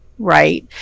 right